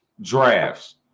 drafts